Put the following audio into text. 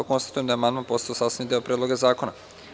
Konstatujem da je amandman postao sastavni deo Predloga zakona.